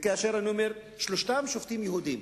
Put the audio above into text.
וכאשר אני אומר, שלושתם שופטים יהודים,